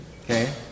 Okay